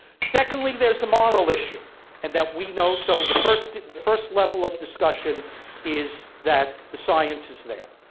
secondly, there's a moral issue and that we know so the first the first level of discussion is that the science is there.